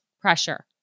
pressure